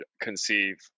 conceive